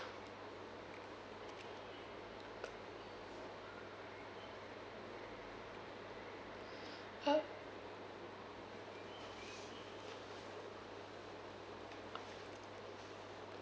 uh